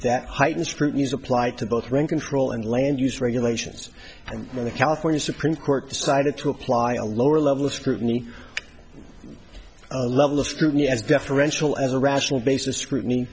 that heightened scrutiny is applied to both rent control and land use regulations and when the california supreme court decided to apply a lower level of scrutiny a level of scrutiny as deferential as a rational basis scrutiny